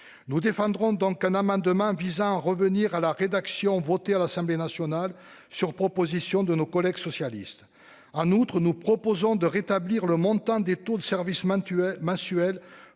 Nous défendrons donc un amendement visant à revenir à la rédaction votée à l'Assemblée nationale, sur la proposition de nos collègues socialistes. En outre, nous proposons de rétablir le montant des taux de service mensuel